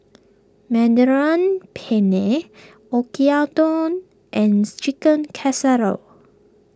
Mediterranean Penne Oyakodon and Chicken Casserole